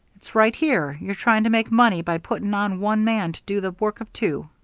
it's right here you're trying to make money by putting on one man to do the work of two.